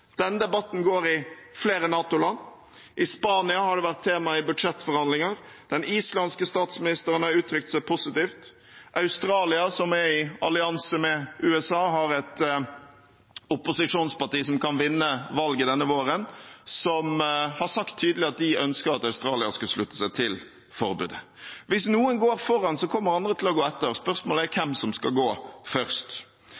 Den islandske statsministeren har uttrykt seg positivt. Australia, som er i allianse med USA, har et opposisjonsparti som kan vinne valget denne våren, som har sagt tydelig at de ønsker at Australia skal slutte seg til forbudet. Hvis noen går foran, kommer andre til å gå etter. Spørsmålet er